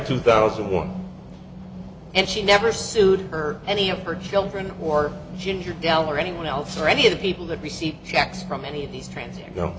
two thousand and one and she never sued or any of her children or ginger dell or anyone else or any of the people that receive checks from any of these trained to